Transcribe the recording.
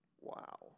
Wow